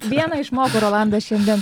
vieną išmokau rolandai šiandien